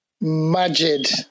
Majid